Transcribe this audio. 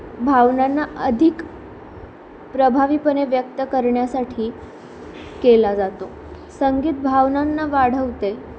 भावनांना अधिक प्रभावीपणे व्यक्त करण्यासाठी केला जातो संगीत भावनांना वाढवते